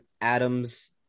Adam's